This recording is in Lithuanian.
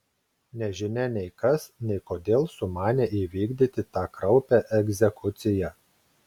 nežinia nei kas nei kodėl sumanė įvykdyti tą kraupią egzekuciją